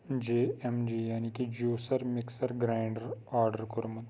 J ایٚم جے یَعنی کہِ جوسَر مِکسَر گِرَینڈَر آرڈَر کوٚرمُت